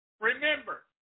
Remember